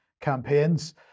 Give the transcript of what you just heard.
campaigns